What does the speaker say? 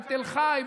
בתל חי,